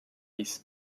ließ